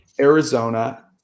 Arizona